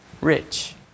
Rich